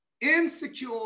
insecure